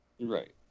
Right